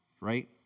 right